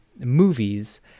Movies